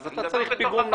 אז אתה צריך פיגום,